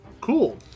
Cool